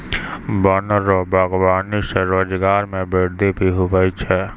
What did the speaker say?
वन रो वागबानी से रोजगार मे वृद्धि भी हुवै छै